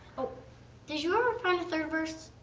did you ever find a third verse?